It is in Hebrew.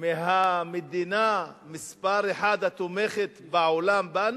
מהמדינה מספר אחת התומכת בעולם בנו?